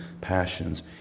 passions